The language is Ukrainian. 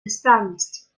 несправність